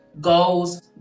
goals